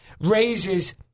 raises